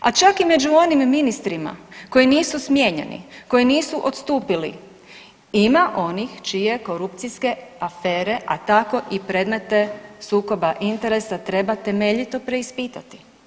A čak i među onim ministrima koji nisu smijenjeni, koji nisu odstupili, ima onih čiji korupcijske afere, a tako i predmete sukoba interesa, treba temeljito preispitati.